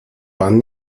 pan